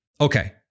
Okay